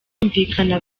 kumvikana